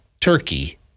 Turkey